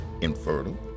infertile